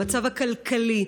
המצב הכלכלי,